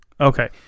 Okay